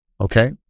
Okay